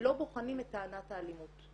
לא בוחנים את טענת האלימות.